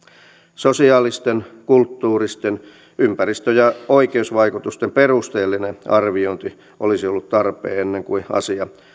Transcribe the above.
sosiaalisten kulttuuristen ympäristö ja oikeusvaikutusten perusteellinen arviointi olisi ollut tarpeen ennen kuin asia